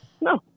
No